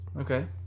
Okay